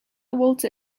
walter